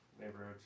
neighborhood